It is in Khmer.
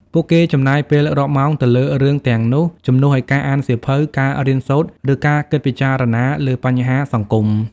ពួកគេចំណាយពេលរាប់ម៉ោងទៅលើរឿងទាំងនោះ ជំនួសឲ្យការអានសៀវភៅ ការរៀនសូត្រ ឬការគិតពិចារណាលើបញ្ហាសង្គម។